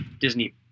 Disney